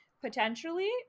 Potentially